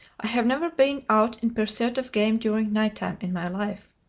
i have never been out in pursuit of game during night-time in my life.